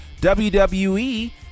WWE